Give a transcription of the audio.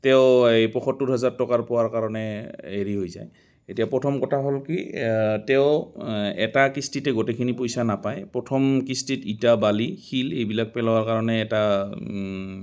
তেওঁ এই পয়সত্তৰ হাজাৰ টকাৰ পোৱাৰ কাৰণে হেৰি হৈ যায় এতিয়া প্ৰথম কথা হ'ল কি তেওঁ এটা কিস্তিতে গোটেইখিনি পইচা নাপায় প্ৰথম কিস্তিত ইটা বালি শিল এইবিলাক পেলোৱাৰ কাৰণে এটা